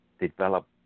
develop